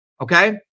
Okay